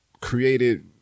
created